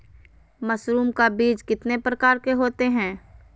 Mushroom का बीज कितने प्रकार के होते है?